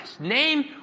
Name